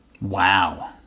Wow